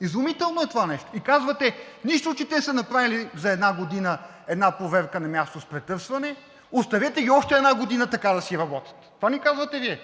Изумително е това нещо?! И казвате: нищо, че те са направили за една година една проверка на място с претърсване, оставете ги още една година така да си работят. Това ни казвате Вие.